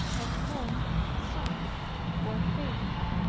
of whom some were faithful.